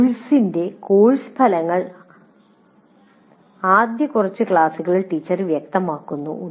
കോഴ്സിന്റെ കോഴ്സ് ഫലങ്ങൾ ആദ്യ കുറച്ച് ക്ലാസുകളിൽ ടീച്ചർ വ്യക്തമാക്കുന്നു